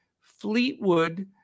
Fleetwood